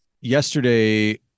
yesterday